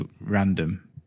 random